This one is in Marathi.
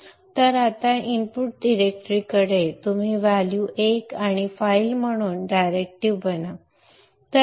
आता इनपुट डिरेक्ट्रीकडे तुम्ही व्हॅल्यू 1 आणि फाइल म्हणून डायरेक्टिव्ह बनवा